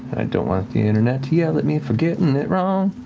i don't want the internet to yell at me for getting it wrong.